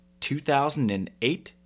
2008